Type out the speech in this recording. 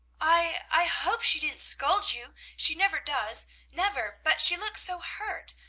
i i hope she didn't scold you she never does never but she looks so hurt.